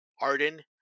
Arden